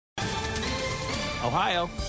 Ohio